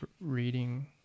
reading